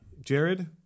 Jared